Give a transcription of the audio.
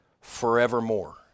forevermore